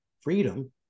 freedom